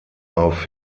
auf